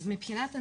אז מבחינת הנתונים,